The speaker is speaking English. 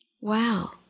Wow